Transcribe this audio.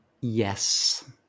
Yes